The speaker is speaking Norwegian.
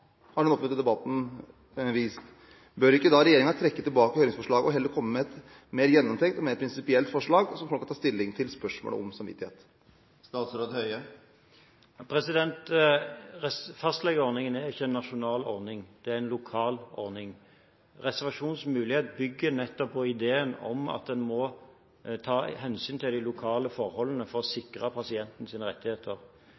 den offentlige debatten har vist. Bør ikke da regjeringen trekke tilbake høringsforslaget og heller komme med et mer gjennomtenkt og prinsipielt forslag, så folk kan ta stilling til spørsmålet om samvittighet? Fastlegeordningen er ikke en nasjonal ordning. Det er en lokal ordning. Reservasjonsmulighet bygger nettopp på ideen om at en må ta hensyn til de lokale forholdene for å